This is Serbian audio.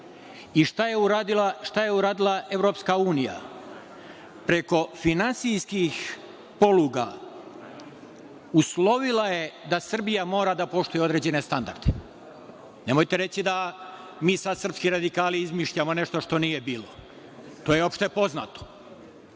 Šta je uradila EU? Preko finansijskih poluga uslovila je da Srbija mora da poštuje određene standarde. Nemojte reći da mi sad, srpski radikali, izmišljamo nešto što nije bilo. To je opšte poznato. Drugo,